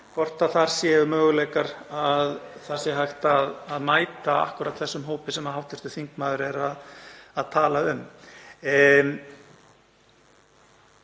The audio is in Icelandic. hvort þar séu möguleikar, að þar sé hægt að mæta akkúrat þessum hópi sem hv. þingmaður er að tala um.